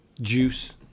juice